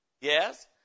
Yes